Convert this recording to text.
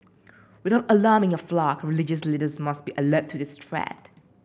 without alarming your flock religious leaders must be alert to this threat